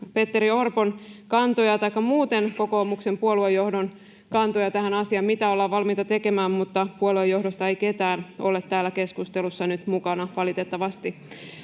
Petteri Orpon kantoja taikka muun kokoomuksen puoluejohdon kantoja tähän asiaan, mitä ollaan valmiita tekemään, mutta puolueen johdosta ei ketään ole täällä keskustelussa nyt mukana, valitettavasti.